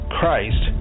Christ